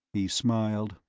he smiled.